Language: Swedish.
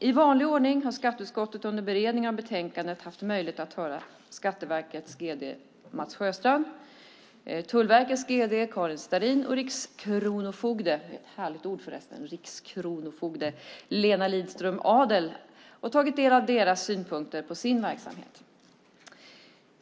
I vanlig ordning har skatteutskottet under beredningen av betänkandet haft möjlighet att höra Skatteverkets gd Mats Sjöstrand, Tullverkets gd Karin Starrin och rikskronofogde - härligt ord förresten - Eva Liedström Adler och tagit del av deras synpunkter på sin verksamhet.